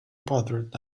bothered